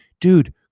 dude